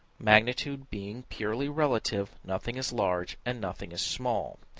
magnitude being purely relative, nothing is large and nothing small.